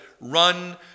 run